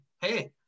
hey